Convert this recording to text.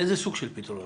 איזה סוג של פתרונות: